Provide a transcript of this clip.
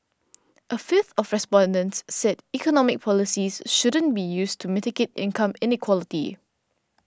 a fifth of respondents said economic policies shouldn't be used to mitigate income inequality